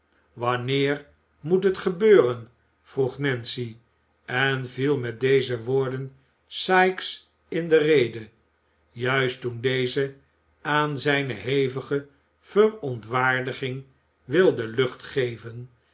wanneer moet het gebeuren vroeg nancy en viel met deze woorden sikes in de rede juist toen deze aan zijne hevige verontwaardiging wilde lucht geven